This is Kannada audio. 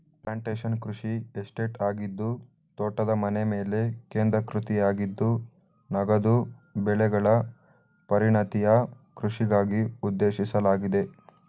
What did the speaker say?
ಪ್ಲಾಂಟೇಶನ್ ಕೃಷಿ ಎಸ್ಟೇಟ್ ಆಗಿದ್ದು ತೋಟದ ಮನೆಮೇಲೆ ಕೇಂದ್ರೀಕೃತವಾಗಯ್ತೆ ನಗದು ಬೆಳೆಗಳ ಪರಿಣತಿಯ ಕೃಷಿಗಾಗಿ ಉದ್ದೇಶಿಸಲಾಗಿದೆ